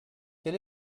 quel